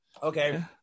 Okay